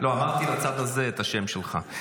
לא, אמרתי לצד הזה את השם שלך.